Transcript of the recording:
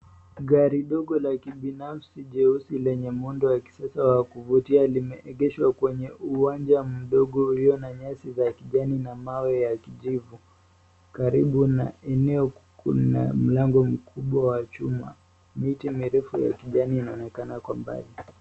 Gari dogo la kibinafsi jeusi lenye muundo wa kisasa wa kuvutia limeegeshwa kwenye uwanja mdogo ulio na nyasi za kijani na mawe ya kijivu karibu na eneo kuna mlango mkubwa wa chuma, miti mirefu ya kijani inaonekana kwa mbali.